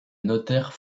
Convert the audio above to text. notaires